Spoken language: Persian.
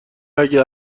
اگه